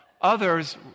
others